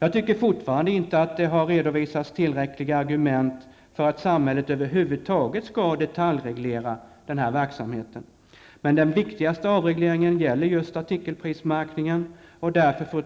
Jag tycker fortfarande att det inte har redovisats tillräckliga argument för att samhället över huvud taget skall detaljreglera den här verksamheten. Men den viktigaste avregleringen gäller just artikelprismärkningen. Jag nöjer mig därför med, fru